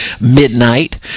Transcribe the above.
midnight